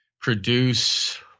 produce